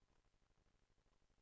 הישיבה הבאה תתקיים מחר,